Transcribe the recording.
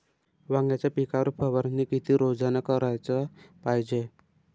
वांग्याच्या पिकावर फवारनी किती रोजानं कराच पायजे?